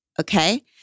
Okay